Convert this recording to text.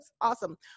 awesome